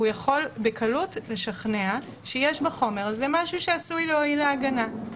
הוא יכול בקלות לשכנע שיש בחומר הזה משהו שעשוי להועיל להגנה.